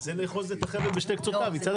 --- אבל זה לאחוז את החבל משתי קצותיו מצד